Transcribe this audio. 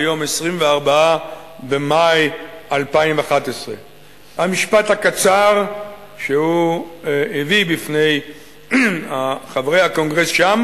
ביום ה-24 במאי 2011. המשפט הקצר שהוא הביא בפני חברי הקונגרס שם